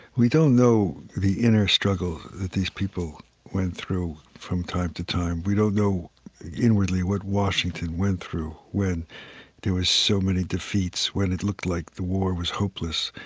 we don't know the inner struggles that these people went through from time to time. we don't know inwardly what washington went through when there were so many defeats, when it looked like the war was hopeless,